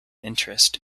interest